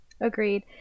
Agreed